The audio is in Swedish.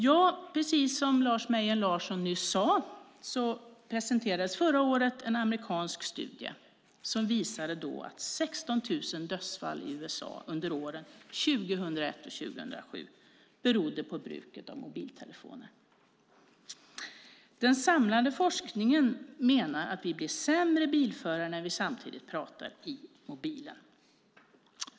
Ja, som Lars Mejern Larsson nyss sagt presenterades förra året en amerikansk studie som visar att 16 000 dödsfall i USA under åren 2001-2007 berodde på bruket av mobiltelefon. Den samlade forskningen menar att vi blir sämre bilförare när vi samtidigt pratar i mobilen.